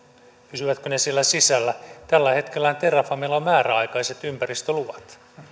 pysyvätkö ne siellä sisällä tällä hetkellähän terrafamella on määräaikaiset ympäristöluvat